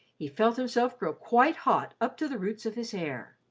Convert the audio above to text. he felt himself grow quite hot up to the roots of his hair.